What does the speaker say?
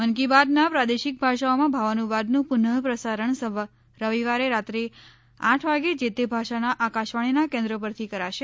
મન કી બાતના પ્રાદેશિક ભાષાઓમાં ભાવાનુવાદનું પુનઃ પ્રસારણ રવિવારે રાત્રે આઠ વાગે જે તે ભાષાના આકાશવાણીના કેન્દ્રો પરથી કરાશે